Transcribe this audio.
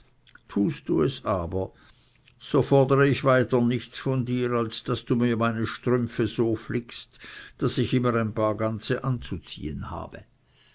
tust du es aber so fordere ich weiter nichts von dir als daß du mir meine strümpfe so flickst daß ich immer ein paar ganze anzuziehen habe